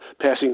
passing